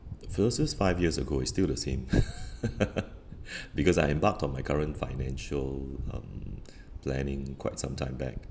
versus five years ago it's still the same because I embarked on my current financial um planning quite sometime back